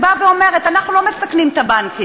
היא באה ואומרת: אנחנו לא מסכנים את הבנקים.